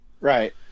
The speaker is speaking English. Right